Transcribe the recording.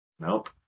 Nope